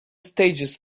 stages